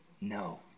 no